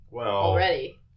already